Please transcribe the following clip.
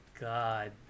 god